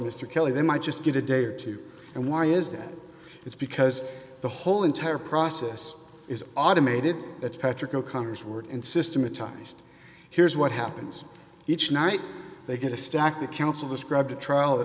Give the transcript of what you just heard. mr kelly they might just get a day or two and why is that is because the whole entire process is automated that's patrick o'connor's work in systematized here's what happens each night they get a stack of counsel described a trial